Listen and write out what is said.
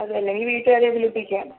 അതല്ലെങ്കിൽ വീട്ടുകാരെ വിളിപ്പിക്കാം